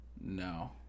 No